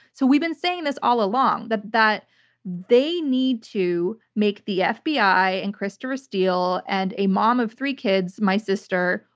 so we've been saying this all along, that that they need to make the fbi and christoper steele, and a mom of three kids, my sister,